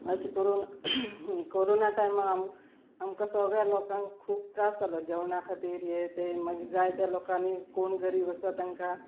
अशें करून कोरोना टायमार आम आमकां सगळ्या लोकांक खूब त्रास जालो जेवणा खातीर हें तें मागीर जायत्या लोकांनी कोण गरीब आसा तेंकां